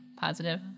positive